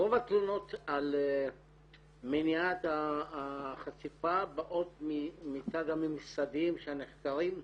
רוב התלונות על מניעת החשיפה באות מצד הממסדים שנחקרים?